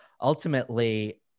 ultimately